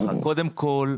קודם כל,